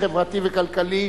החברתי והכלכלי,